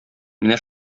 менә